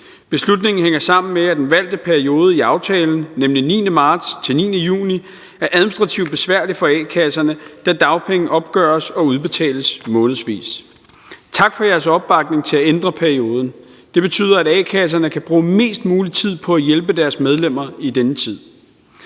Beslutningen hænger sammen med, at den valgte periode i aftalen, nemlig 9. marts til 9. juni, er administrativt besværlig for a-kasserne, da dagpenge opgøres og udbetales månedsvis. Tak for jeres opbakning til at ændre perioden. Det betyder, at a-kasserne kan bruge mest mulig tid på at hjælpe deres medlemmer i denne tid.